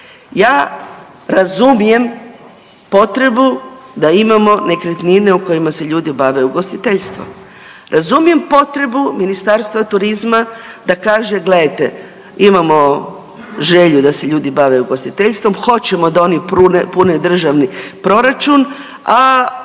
Ja razumijem potrebu da imamo nekretnine u kojima se ljudi bave ugostiteljstvom, razumijem potrebu Ministarstva turizma da kaže gledajte imamo želju da se ljudi bave ugostiteljstvom, hoćemo da oni pune državni proračun, a